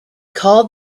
called